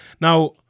Now